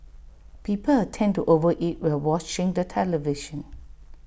people tend to over eat while watching the television